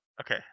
okay